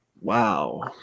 Wow